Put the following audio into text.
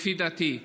לפי דעתי.